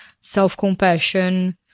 self-compassion